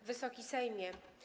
Wysoki Sejmie!